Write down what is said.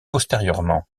postérieurement